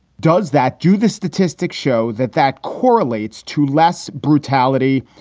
does that do the statistics show that that correlates to less brutality,